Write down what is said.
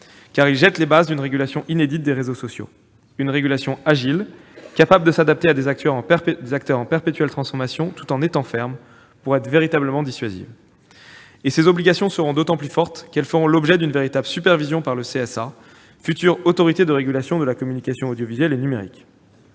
car ils jettent les bases d'une régulation inédite des réseaux sociaux : une régulation agile, capable de s'adapter à des acteurs en perpétuelle transformation, tout en étant ferme pour être véritablement dissuasive. Et les obligations seront d'autant plus fortes qu'elles feront l'objet d'une véritable supervision par le Conseil supérieur de l'audiovisuel (CSA), future autorité de régulation de la communication audiovisuelle et numérique.